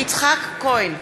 יצחק כהן,